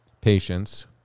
patients